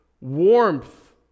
warmth